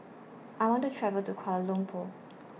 I want to travel to Kuala Lumpur